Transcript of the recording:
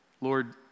Lord